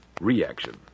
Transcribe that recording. reaction